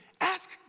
Ask